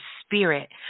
spirit